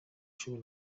cumi